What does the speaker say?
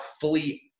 fully